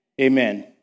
Amen